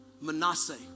Manasseh